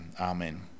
amen